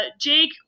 Jake